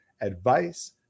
advice